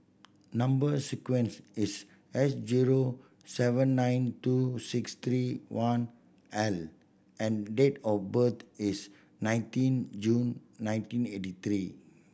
number sequence is S zero seven nine two six three one L and date of birth is nineteen June nineteen eighty three